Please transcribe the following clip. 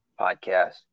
podcast